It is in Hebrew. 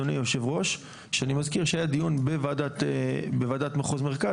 אני מזכיר שהיה דיון בוועדת מחוז מרכז